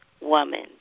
woman